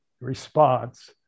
response